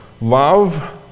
Love